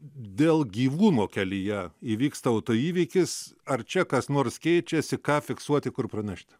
dėl gyvūno kelyje įvyksta autoįvykis ar čia kas nors keičiasi ką fiksuoti kur pranešti